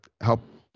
help